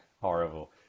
horrible